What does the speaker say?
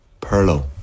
Perlo